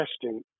testing